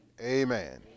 amen